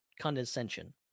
condescension